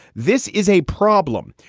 this is a problem,